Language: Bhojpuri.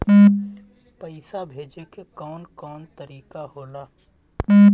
पइसा भेजे के कौन कोन तरीका होला?